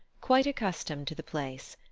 quite accustomed to the place,